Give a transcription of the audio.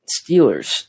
Steelers